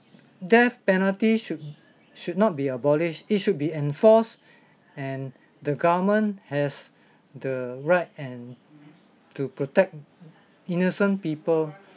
death penalty should should not be abolished it should be enforced and the government has the right and to protect innocent people